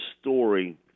story